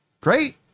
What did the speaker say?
great